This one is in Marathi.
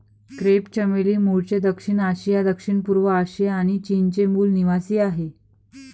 क्रेप चमेली मूळचे दक्षिण आशिया, दक्षिणपूर्व आशिया आणि चीनचे मूल निवासीआहे